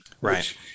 Right